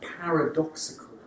paradoxical